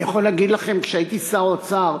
אני יכול להגיד לכם, כשהייתי שר אוצר,